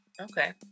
okay